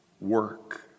work